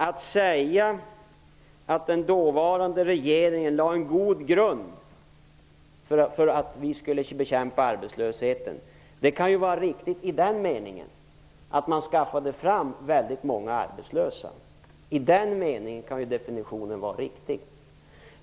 Påståendet att den dåvarande regeringen lade en god grund för vår bekämpning av arbetslösheten kan vara riktigt i så måtto att man lyckades få fram väldigt många arbetslösa. I den meningen kan definitionen vara riktig.